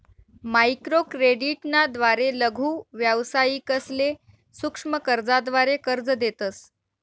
microcredit ना द्वारे लघु व्यावसायिकसले सूक्ष्म कर्जाद्वारे कर्ज देतस